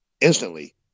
instantly